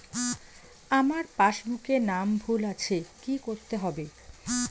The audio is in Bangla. আমার পাসবুকে নাম ভুল আছে কি করতে হবে?